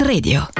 Radio